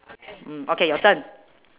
mm okay your turn